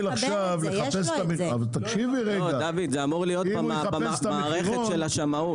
זה אמור להיות במערכת של השמאות